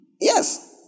Yes